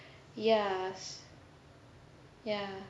yes ya